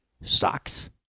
socks